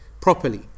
Properly